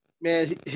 man